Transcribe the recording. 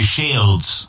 Shields